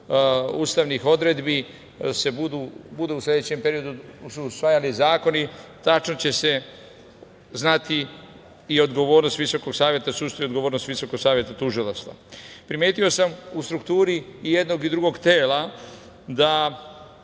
ustavnih odredbi budu se u sledećem periodu usvajali zakoni, tačno će se znati i odgovornost Visokog saveta sudstva i odgovornost Visokog saveta tužilaštva. Primetio sam u strukturi i jednog i drugog tela da